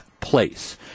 place